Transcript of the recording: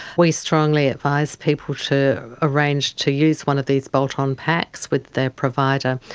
we strongly advise people to arrange to use one of these bolt-on packs with their provider.